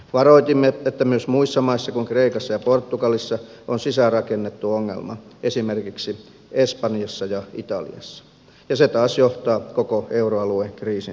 varoitimme että myös muissa maissa kuin kreikassa ja portugalissa on sisäänrakennettu ongelma esimerkiksi espanjassa ja italiassa ja se taas johtaa koko euroalueen kriisin syvenemiseen